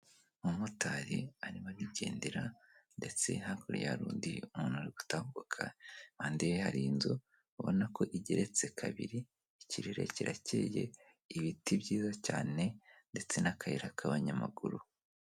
Umumotari ari arigendera ndetse hakurya hari undi umuntu uri gutambuka, impande ye hari inzu ubona ko igeretse kabiri, ikirere kirakeye, biti byiza cyane ndetse n'akayira k'abanyamaguru.